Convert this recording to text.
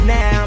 Now